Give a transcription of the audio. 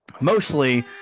mostly